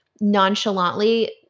nonchalantly